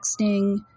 texting